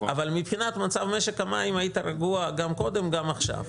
אבל מבחינת משק המים היית רגוע גם קודם וגם עכשיו.